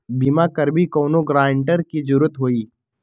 बिमा करबी कैउनो गारंटर की जरूरत होई?